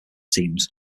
teams